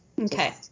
Okay